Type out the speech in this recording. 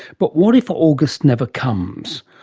but what if august never comes,